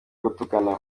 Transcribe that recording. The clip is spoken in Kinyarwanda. gutukana